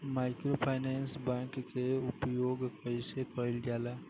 Microfinance bank के उपयोग कइसे कइल जाला?